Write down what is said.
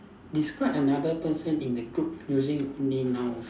describe another person in the group using only nouns